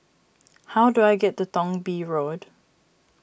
how do I get to Thong Bee Road